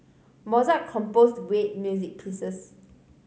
Mozart composed great music pieces